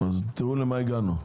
אז תראו לאן הגענו,